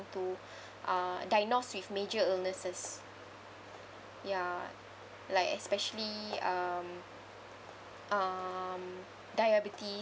into uh diagnosed with major illnesses ya like especially um um diabetes